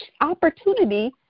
opportunity